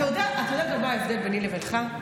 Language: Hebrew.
אתה יודע גם מה ההבדל ביני לבינך?